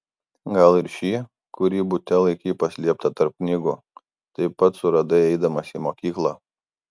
gal ir šį kurį bute laikei paslėptą tarp knygų taip pat suradai eidamas į mokyklą